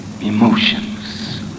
Emotions